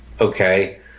Okay